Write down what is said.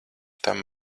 tam